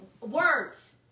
words